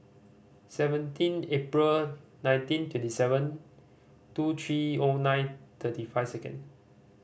seventeen April nineteen twenty seven two three O nine thirty five second